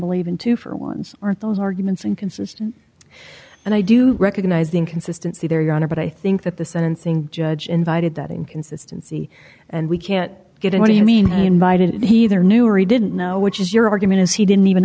believe in to for ones aren't those arguments inconsistent and i do recognize the inconsistency there your honor but i think that the sentencing judge invited that inconsistency and we can't get it what do you mean he invited he there newry didn't know which is your argument is he didn't even